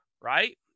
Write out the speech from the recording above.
right